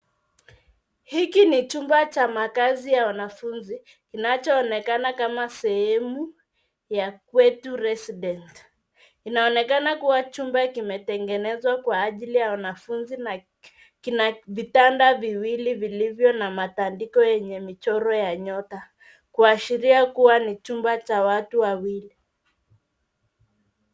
Hiki ni chumba cha makazi ya wanafunzi kinachoonekana kama sehemu ya Qwetu Resident. Inaonekana kuwa chumba kimetengenezwa kwa ajili ya wanafunzi na kina vitanda viwili vilivyo na matindoko yenye michoro ya nyota kuashiria kuwa ni chumba cha watu wawili.